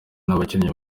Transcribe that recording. n’abakinnyi